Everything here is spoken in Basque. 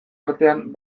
artean